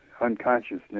unconsciousness